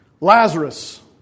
Lazarus